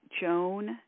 joan